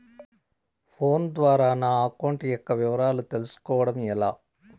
Phone ద్వారా నా account యొక్క వివరాలు తెలుస్కోవడం ఎలా?